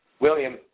William